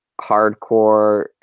hardcore